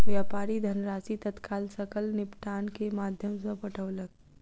व्यापारी धनराशि तत्काल सकल निपटान के माध्यम सॅ पठौलक